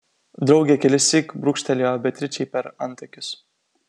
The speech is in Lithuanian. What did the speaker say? draugė kelissyk brūkštelėjo beatričei per antakius